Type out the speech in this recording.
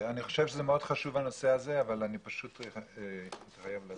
אני חושב שהנושא הזה מאוד חשוב אבל אני חייב ללכת.